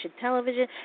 television